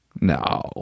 no